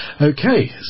Okay